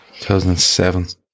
2007